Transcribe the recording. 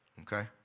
Okay